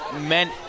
meant –